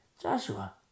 Joshua